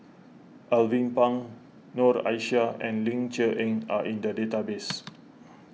Alvin Pang Noor Aishah and Ling Cher Eng are in the database